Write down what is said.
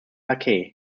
aceh